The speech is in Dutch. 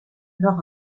nog